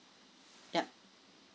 yup